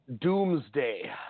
Doomsday